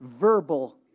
verbal